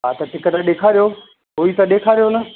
हा त टिकट ॾेखारियो हुई त ॾेखारियो न